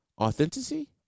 Authenticity